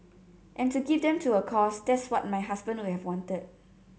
and to give them to a cause that's what my husband would have wanted